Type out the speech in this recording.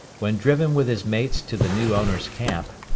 when driven with his mates to the new owners' camp,